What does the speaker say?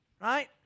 right